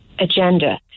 agenda